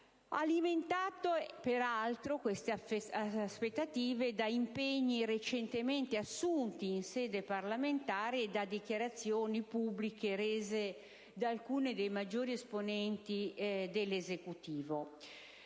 alimentate peraltro dagli impegni recentemente assunti in sede parlamentare e dalle dichiarazioni pubbliche rese da alcuni dei maggiori esponenti dell'Esecutivo.